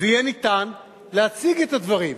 ויהיה ניתן להציג את הדברים.